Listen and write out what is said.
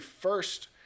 first